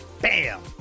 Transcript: Bam